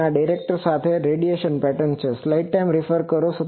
અને આ ડિરેક્ટર સાથે છે આ રેડિયેશન પેટર્ન છે